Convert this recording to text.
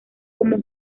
como